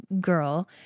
girl